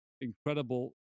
incredible